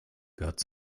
gehört